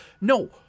no